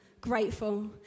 grateful